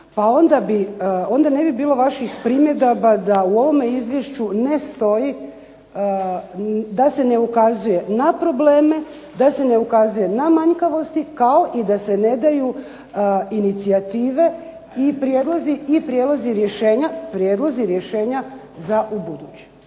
bi, onda ne bi bilo vaših primjedaba da u ovome izvješću ne stoji, da se ne ukazuje na probleme, da se ne ukazuje na manjkavosti, kao i da se ne daju inicijative i prijedlozi rješenja za ubuduće.